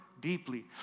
deeply